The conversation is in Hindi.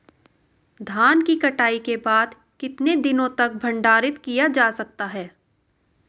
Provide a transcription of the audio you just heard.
धान की कटाई के बाद कितने दिनों तक भंडारित किया जा सकता है?